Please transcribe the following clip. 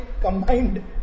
combined